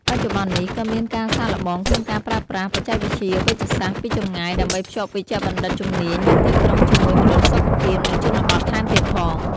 បច្ចុប្បន្ននេះ ក៏មានការសាកល្បងក្នុងការប្រើប្រាស់ បច្ចេកវិទ្យាវេជ្ជសាស្ត្រពីចម្ងាយ ដើម្បីភ្ជាប់វេជ្ជបណ្ឌិតជំនាញនៅទីក្រុងជាមួយមណ្ឌលសុខភាពនៅជនបទថែមទៀតផង។